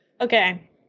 Okay